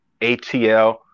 ATL